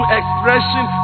expression